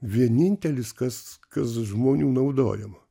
vienintelis kas kas žmonių naudojama